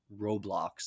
Roblox